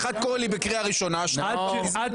אחד קורא לי בקריאה ראשונה --- עד שהוא